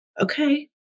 okay